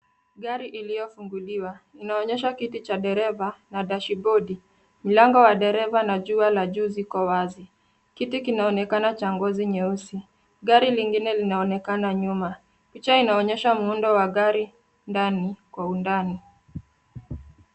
Gari iliofuguliwa, inaonyesha kiti cha dereva na dashibodi . Milango wa dereva na jua la juu liko wazi. Kiti kinaonekana cha ngozi nyeusi. Gari lingine linaonekana nyuma. Picha inaonyesha muundo wa gari ndani kwa undani.